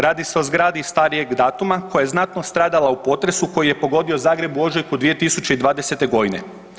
Radi se o zgradi starijeg datuma koja je znatno stradala u potresu koji je pogodio Zagreb u ožujku 2020. godine.